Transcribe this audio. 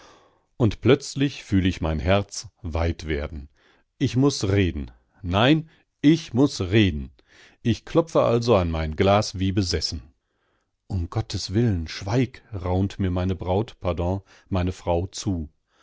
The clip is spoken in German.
und plötzlich fühl ich mein herz weit werden ich muß reden nein ich muß reden ich klopfe also an mein glas wie besessen um gottes willen schweig raunt mir meine braut pardon meine frau zu